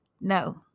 no